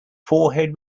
forehead